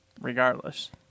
regardless